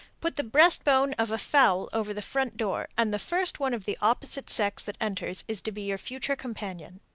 put the breast-bone of a fowl over the front door, and the first one of the opposite sex that enters is to be your future companion.